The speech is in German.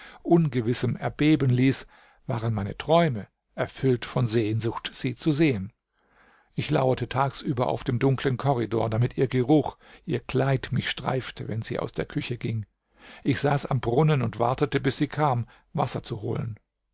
ungewissem erbeben ließ waren meine träume erfüllt von sehnsucht sie zu sehen ich lauerte tagsüber auf dem dunklen korridor damit ihr geruch ihr kleid mich streifte wenn sie aus der küche ging ich saß am brunnen und wartete bis sie kam wasser zu holen